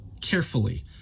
carefully